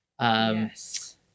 Yes